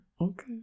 okay